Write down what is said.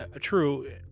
true